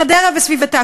חדרה וסביבתה,